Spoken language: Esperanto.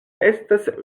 estas